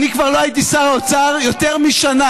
אני כבר לא הייתי שר האוצר יותר משנה,